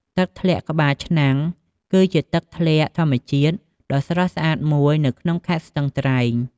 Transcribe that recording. ទឹកធ្លាក់ក្បាលឆ្នាំង គឺជាទឹកធ្លាក់ធម្មជាតិដ៏ស្រស់ស្អាតមួយនៅក្នុងខេត្តស្ទឹងត្រែង។